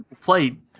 played